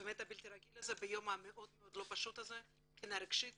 הבלתי רגיל ביום הלא פשוט מבחינה רגשית